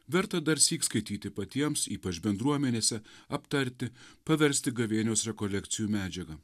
verta darsyk skaityti patiems ypač bendruomenėse aptarti paversti gavėnios rekolekcijų medžiaga